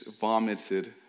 vomited